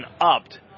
upped